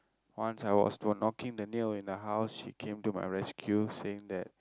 once I was knocking the nail in my house she came to my rescue saying that